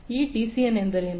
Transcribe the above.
ಈ ಡಿಸಿಎನ್ ಎಂದರೇನು